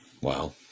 Wow